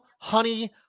honey